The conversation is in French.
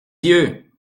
yeux